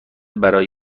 برای